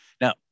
Now